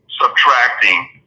subtracting